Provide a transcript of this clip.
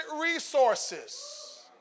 resources